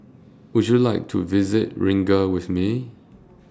Would YOU like to visit Riga with Me